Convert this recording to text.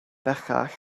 bellach